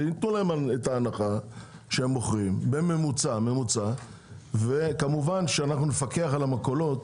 שיתנו להם את ההנחה בממוצע וכמובן שנפקח על המכולות